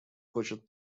хочет